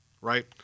right